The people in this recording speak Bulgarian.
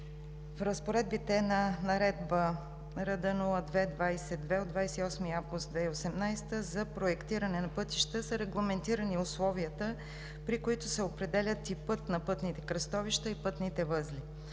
В разпоредбите на Наредба № РД-02-20-2 от 28 август 2018 г. за проектиране на пътища са регламентирани условията, при които се определят пътните кръстовища и пътните възли.